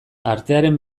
artearen